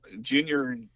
junior